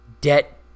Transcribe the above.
debt